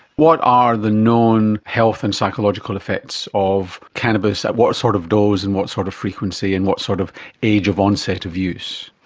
what are the known health and psychological effects of cannabis at what sort of dose and what sort of frequency and what sort of age of onset of use?